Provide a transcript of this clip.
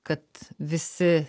kad visi